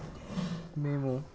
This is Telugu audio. మేము